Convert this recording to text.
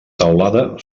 teulada